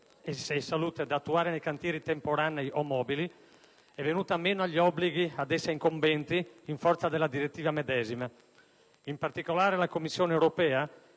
e salute da attuare nei cantieri temporanei o mobili, è venuta meno agli obblighi ad essa incombenti in forza della direttiva medesima. In particolare, la Commissione europea